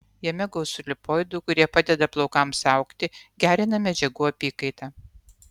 jame gausu lipoidų kurie padeda plaukams augti gerina medžiagų apykaitą